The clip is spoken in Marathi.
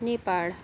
नेपाळ